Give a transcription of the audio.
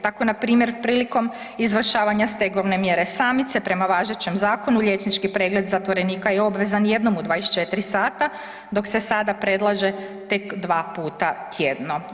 Tako npr. prilikom izvršavanja stegovne mjere samice prema važećem zakonu liječnički pregled zatvorenika je obvezan jednom u 24 sata, dok se sada predlaže tek dva puta tjedno.